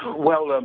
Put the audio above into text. well, um